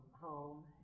home